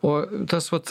o tas vat